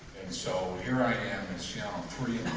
and so here i am it's yeah and three